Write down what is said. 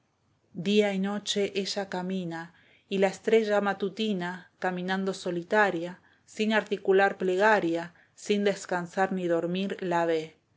día y noche ella camina y la estrella matutina caminando solitaria sin articular plegaria sin descansar ni dormir la ve